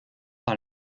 par